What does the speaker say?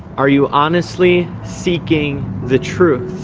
are you honestly seeking the truth